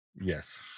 yes